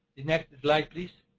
the next slide please.